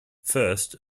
first